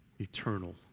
eternal